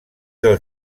del